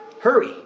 Hurry